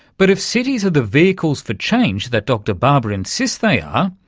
but if cities are the vehicles for change that dr barber insists they are,